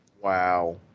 wow